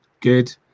good